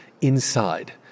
inside